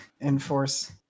enforce